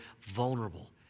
vulnerable